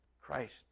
Christ